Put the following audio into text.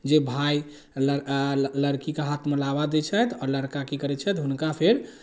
जे भाय लड़का लड़कीके हाथमे लावा दै छथि आओर लड़का की करै छथि हुनका फेर